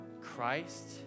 Christ